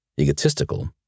egotistical